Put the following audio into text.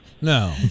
No